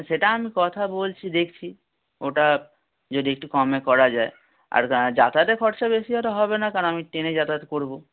সেটা আমি কথা বলছি দেখছি ওটা যদি একটু কমে করা যায় আর যাতায়াতের খরচা বেশি হয়তো হবে না কারণ আমি ট্রেনে যাতায়াত করব